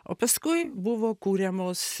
o paskui buvo kuriamos